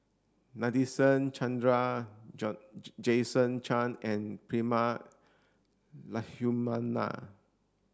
Nadasen Chandra Jason Chan and Prema Letchumanan